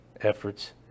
efforts